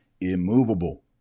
immovable